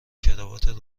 کراوات